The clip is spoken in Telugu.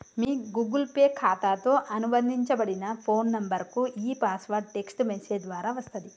మీ గూగుల్ పే ఖాతాతో అనుబంధించబడిన ఫోన్ నంబర్కు ఈ పాస్వర్డ్ టెక్ట్స్ మెసేజ్ ద్వారా వస్తది